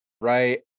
right